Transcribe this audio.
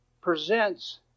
presents